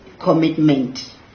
commitment